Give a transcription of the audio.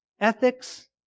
ethics